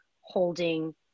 holding